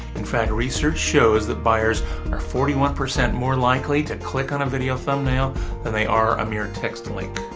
in fact, research shows that buyers are forty one percent more likely to click on a video thumbnail than they are a mere text and link.